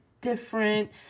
different